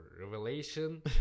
revelation